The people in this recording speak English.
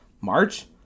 March